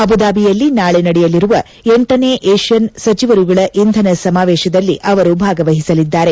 ಅಬುಧಾಬಿಯಲ್ಲಿ ನಾಳೆ ನಡೆಯಲಿರುವ ಎಂಟನೇ ಏಷ್ಕನ್ ಸಚಿವರುಗಳ ಇಂಧನ ಸಮಾವೇಶದಲ್ಲಿ ಅವರು ಭಾಗವಹಿಸಲಿದ್ದಾರೆ